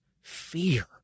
fear